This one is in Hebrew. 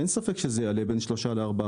אין ספק שהמחיר יעלה בין 3%-4%,